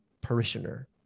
parishioner